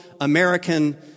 American